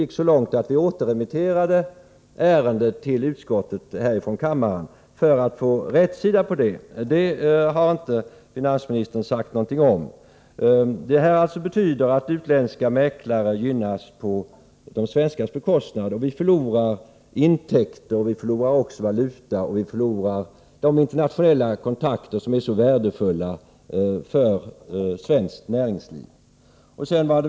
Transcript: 0. m. så långt att kammaren återremitterade ärendet till utskottet för att få rätsida på det — har inte finansministern sagt någonting om. Detta betyder alltså att utländska mäklare gynnas på de svenskas bekostnad. Vi förlorar intäkter och valuta, och vi förlorar också de internationella kontakter som är så värdefulla för svenskt näringsliv.